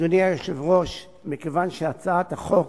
אדוני היושב-ראש, מכיוון שהצעת החוק